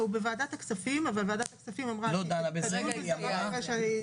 הוא בוועדת הכספים אבל ועדת הכספים כרגע הקפיאה.